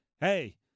Hey